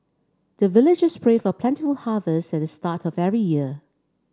the villagers pray for plentiful harvest at the start of every year